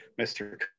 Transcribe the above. mr